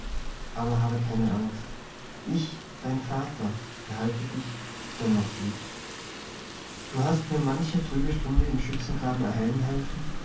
aber habe keine angst ich dein vater behalte dich dennoch lieb du hast mir manche trübe stunde im schützengraben erhellen helfen